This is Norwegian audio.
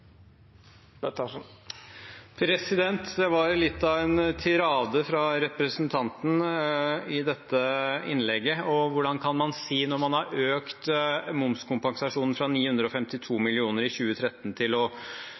var litt av en tirade fra representanten i dette innlegget. Hvordan kan man si, når man har økt momskompensasjonen fra 952 mill. kr i 2013 til nesten å